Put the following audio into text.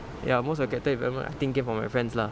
ya most of the chapter of my life I'm thinking about my friends lah